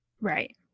Right